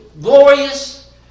glorious